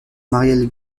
marielle